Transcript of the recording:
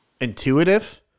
intuitive